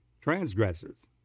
transgressors